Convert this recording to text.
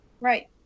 Right